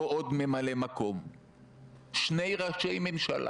עוד לא דיברתי, איזה קשב?